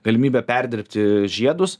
galimybė perdirbti žiedus